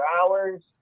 hours